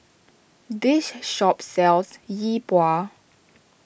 this shop sells Yi Bua